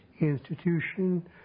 institution